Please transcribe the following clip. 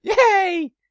Yay